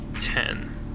Ten